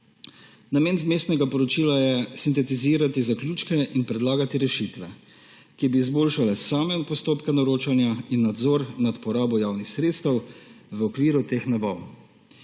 Namen vmesnega poročila je sintetizirati zaključke in predlagati rešitve, ki bi izboljšale same postopke naročanja in nadzor nad porabo javnih sredstev v okviru teh nabav.